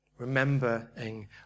remembering